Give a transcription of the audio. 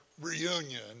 reunion